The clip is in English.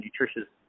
nutritious